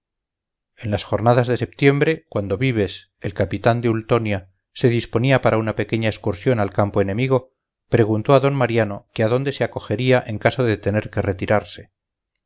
en las jornadas de setiembre cuando vives el capitán de ultonia se disponía para una pequeña excursión al campo enemigo preguntó a don mariano que a dónde se acogería en caso de tener que retirarse